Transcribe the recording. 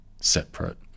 separate